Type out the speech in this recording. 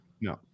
no